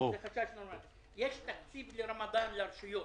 יש תקציב רמדאן לרשויות,